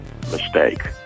mistake